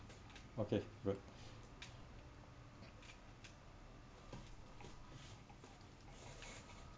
okay good